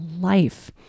life